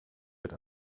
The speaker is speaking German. wird